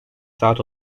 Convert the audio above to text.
saat